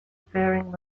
faring